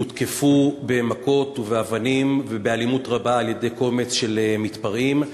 הותקפו במכות ובאבנים ובאלימות רבה על-ידי קומץ של מתפרעים,